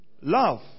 Love